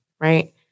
Right